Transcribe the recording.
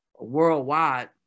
worldwide